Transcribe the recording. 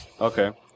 Okay